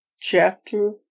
Chapter